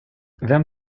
vem